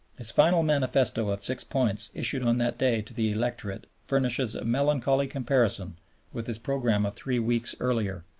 his final manifesto of six points issued on that day to the electorate furnishes a melancholy comparison with his program of three weeks earlier.